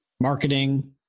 marketing